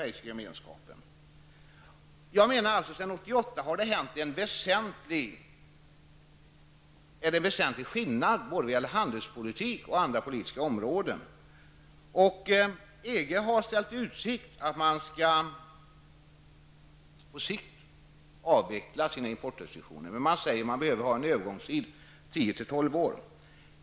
Men sedan 1988 har en väsentlig förändring skett både vad gäller handelspolitiken och vad gäller andra politikområden. EG har ställt i utsikt att man på sikt skall avveckla importrestriktionerna men sagt att det behövs en övergångsperiod på tio till tolv år.